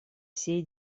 сей